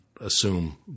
assume